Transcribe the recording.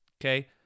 okay